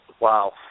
wow